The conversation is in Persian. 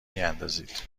میندازید